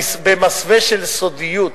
במסווה של סודיות.